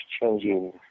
changing